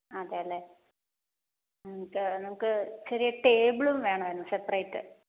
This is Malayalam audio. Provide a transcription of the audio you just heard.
ആ അതേയല്ലേ ആ നമുക്ക് നമുക്ക് ചെറിയ ടേബിളും വേണമായിരുന്നു സെപ്പറേറ്റ്